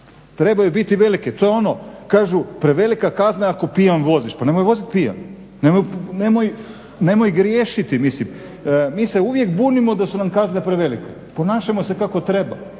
trebaju biti velike, to je ono kažu, prevelika kazna ako pijan voziš, pa nemoj voziti pijan. Nemoj griješiti mislim. Mi se uvijek bunimo da su nam kazne prevelike. Ponašajmo se kako treba,